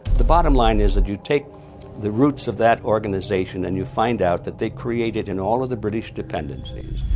the bottom line is that you take the roots of that organization and you find out that they created in all of the british dependencies